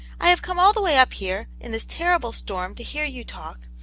i have come all the way up here in this terrible storm to hear you talk,